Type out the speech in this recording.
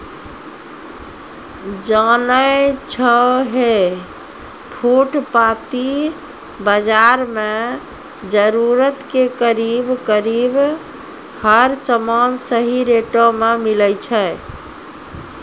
जानै छौ है फुटपाती बाजार मॅ जरूरत के करीब करीब हर सामान सही रेटो मॅ मिलै छै